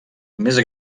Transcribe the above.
més